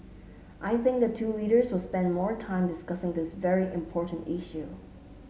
I think the two leaders will spend more time discussing this very important issue